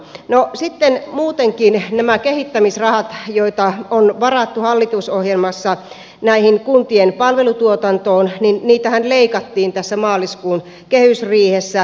no sitten muutenkinhan näitä kehittämisrahoja joita on varattu hallitusohjelmassa tähän kuntien palvelutuotantoon leikattiin maaliskuun kehysriihessä